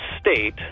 state